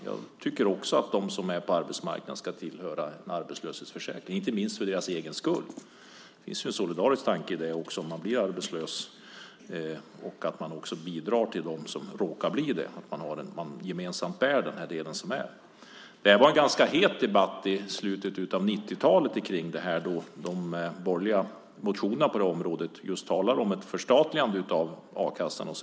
Jag tycker också att de som är aktiva på arbetsmarknaden ska tillhöra en arbetslöshetsförsäkring, inte minst för deras egen skull. Det finns en solidarisk tanke i det också - man kan själv bli arbetslös, och därför ska man bidra till dem som råkar bli det, så att man gemensamt bär kostnaden. Det var en ganska het debatt om detta i slutet av 1990-talet, då de borgerliga motionerna på området just talade om ett förstatligande av a-kassan.